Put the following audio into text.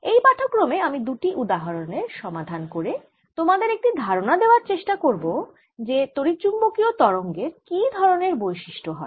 এই পাঠক্রমে আমি দুটি উদাহরনের সমাধান করে তোমাদের একটি ধারণা দেওয়ার চেষ্টা করব যে তড়িৎচুম্বকীয় তরঙ্গের কি ধরণের বৈশিষ্ট্য হয়